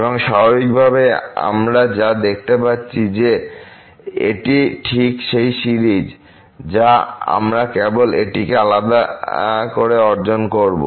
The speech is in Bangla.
এবং স্বাভাবিকভাবেই আমরা যা দেখতে পাচ্ছি যে এটি ঠিক সেই সিরিজ যা আমরা কেবল এই একটিকে আলাদা করে অর্জন করব